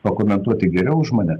pakomentuoti geriau už mane